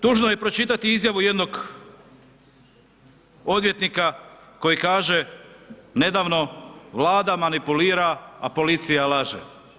Tužno je pročitati izjavu jednog odvjetnika koji kaže nedavno, Vlada manipulira a policija laže.